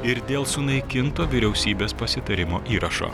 ir dėl sunaikinto vyriausybės pasitarimo įrašo